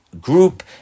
group